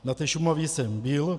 Na té Šumavě jsem byl.